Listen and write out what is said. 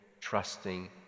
trusting